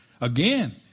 Again